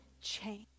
change